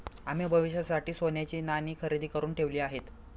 आम्ही भविष्यासाठी सोन्याची नाणी खरेदी करुन ठेवली आहेत